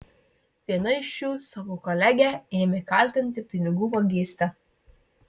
viena iš jų savo kolegę ėmė kaltinti pinigų vagyste